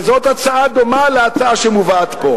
וזאת הצעה דומה להצעה שמובאת פה.